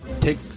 take